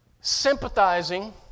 sympathizing